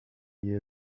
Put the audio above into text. you